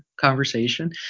conversation